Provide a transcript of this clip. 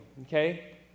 okay